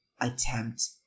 attempt